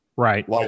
Right